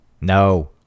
No